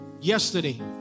Yesterday